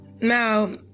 Now